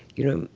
you know,